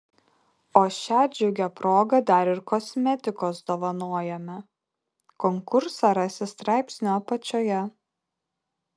o šia džiugia proga dar ir kosmetikos dovanojame konkursą rasi straipsnio apačioje